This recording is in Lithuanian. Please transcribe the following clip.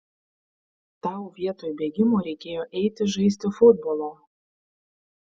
tau vietoj bėgimo reikėjo eiti žaisti futbolo